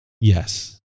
Yes